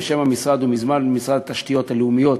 שם המשרד: מזמן ממשרד התשתיות הלאומיות,